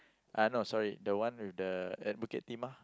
I know sorry the one with the at Bukit-Timah